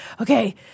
okay